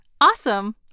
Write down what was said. Awesome